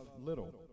little